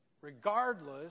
regardless